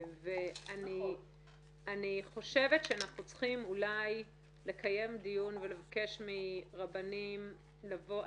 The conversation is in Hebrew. אני חושבת שאנחנו צריכים אולי לקיים דיון ולבקש מרבנים לבוא.